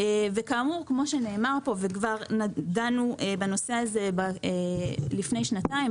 כפי שנאמר פה וכבר דנו בנושא הזה לפני שנתיים,